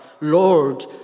Lord